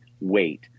wait